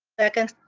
second.